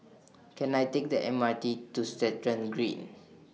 Can I Take The M R T to Stratton Green